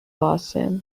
boston